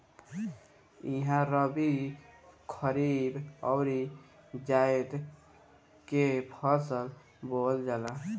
इहा रबी, खरीफ अउरी जायद के फसल बोअल जाला